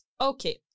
Okay